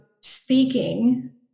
speaking